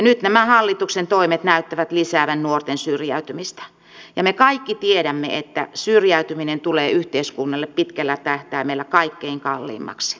nyt nämä hallituksen toimet näyttävät lisäävän nuorten syrjäytymistä ja me kaikki tiedämme että syrjäytyminen tulee yhteiskunnalle pitkällä tähtäimellä kaikkein kalleimmaksi